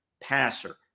passer